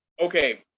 Okay